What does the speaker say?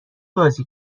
بازی